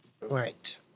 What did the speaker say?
Right